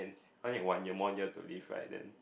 one it one year one year to live right then